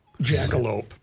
jackalope